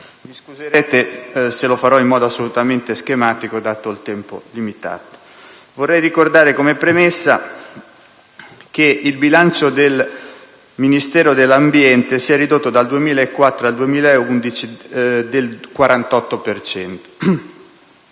Mi scuserete se lo farò in modo assolutamente schematico, dato il tempo limitato. Vorrei ricordare, come premessa, che il bilancio del Ministero dell'ambiente e della tutela del